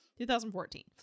2014